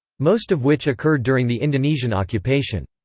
most of which occurred during the indonesian occupation.